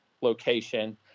location